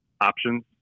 options